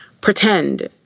pretend